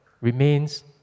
remains